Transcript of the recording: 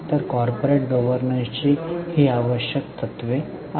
तर कॉर्पोरेट गव्हर्नन्सची ही आवश्यक तत्त्वे आहेत